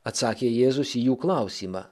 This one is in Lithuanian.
atsakė jėzus į jų klausimą